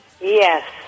Yes